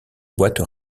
boîte